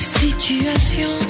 situation